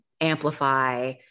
amplify